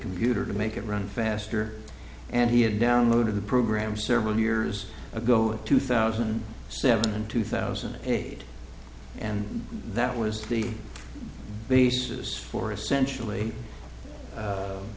computer to make it run faster and he had downloaded the program seven years ago two thousand and seven and two thousand and eight and that was the basis for essentially